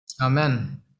Amen